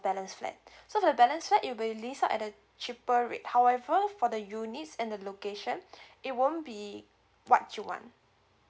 balance flat so the balance flat it'll be list out at the cheaper rate however for the units and the location it won't be what you want